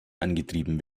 angetrieben